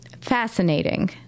Fascinating